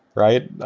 right?